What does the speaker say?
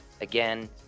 Again